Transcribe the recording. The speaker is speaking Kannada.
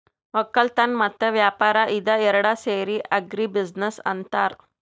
ವಕ್ಕಲತನ್ ಮತ್ತ್ ವ್ಯಾಪಾರ್ ಇದ ಏರಡ್ ಸೇರಿ ಆಗ್ರಿ ಬಿಜಿನೆಸ್ ಅಂತಾರ್